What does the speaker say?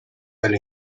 del